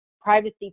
privacy